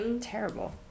Terrible